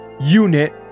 unit